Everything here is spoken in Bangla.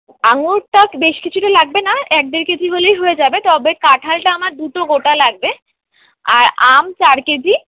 আঙুরটা বেশ কিছুটা লাগবে না এক ডেড় কেজি হলেই হয়ে যাবে তবে কাঁঠালটা আমার দুটো গোটা লাগবে আর আম চার কেজি